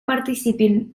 participin